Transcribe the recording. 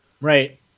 Right